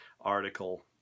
article